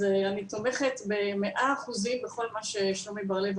אני תומכת במאה אחוזים בכל מה שאמר שלומי בר לב,